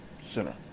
sinner